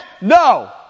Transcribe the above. No